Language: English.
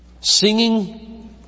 singing